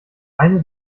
eine